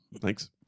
Thanks